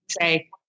say